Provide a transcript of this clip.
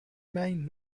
main